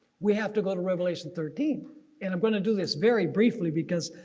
we have to go to revelation thirteen and i'm going to do this very briefly because,